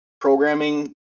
programming